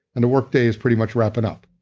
and the work day is pretty much wrapping up.